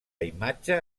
imatge